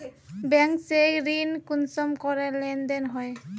Bank से ऋण कुंसम करे लेन देन होए?